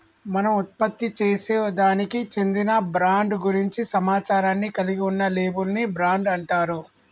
మనం ఉత్పత్తిసేసే దానికి చెందిన బ్రాండ్ గురించి సమాచారాన్ని కలిగి ఉన్న లేబుల్ ని బ్రాండ్ అంటారు